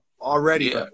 already